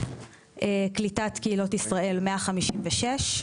קליטת קהילות ישראל: 156 אלף,